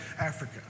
Africa